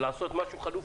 ולעשות משהו חלופי.